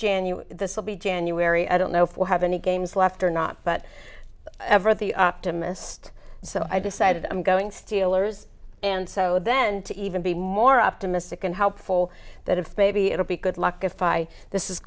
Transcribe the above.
january this will be january i don't know if we'll have any games left or not but ever the optimist so i decided i'm going steelers and so then to even be more optimistic and helpful that if maybe it'll be good luck if i this is